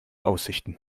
aussichten